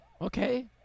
okay